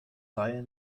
reihe